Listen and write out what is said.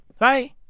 right